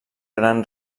gran